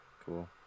cool